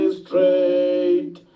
straight